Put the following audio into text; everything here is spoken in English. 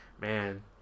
man